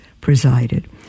presided